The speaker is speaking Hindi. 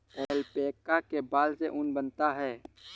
ऐल्पैका के बाल से ऊन बनता है